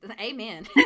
amen